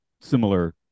similar